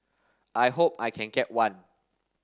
I hope I can get one